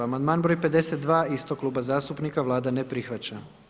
Amandman broj 52 istog kluba zastupnika, Vlada ne prihvaća.